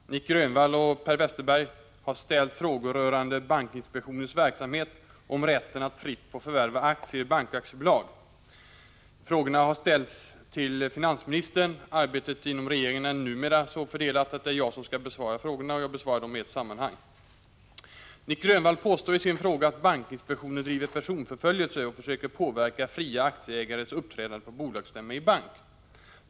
Herr talman! Nic Grönvall och Per Westerberg har ställt frågor rörande bankinspektionens verksamhet och om rätten att fritt få förvärva aktier i bankaktiebolag. Frågorna har ställts till finansministern. Arbetet inom regeringen är — numera — så fördelat att det är jag som skall besvara frågorna. Jag besvarar dem i ett sammanhang. Nic Grönvall påstår i sin fråga att bankinspektionen driver personförföljelse och försöker påverka fria aktieägares uppträdande på bolagsstämma i bank.